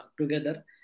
together